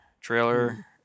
trailer